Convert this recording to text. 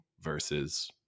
versus